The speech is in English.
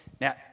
Now